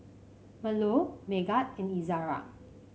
Melur Megat and Izara